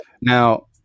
Now